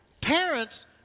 Parents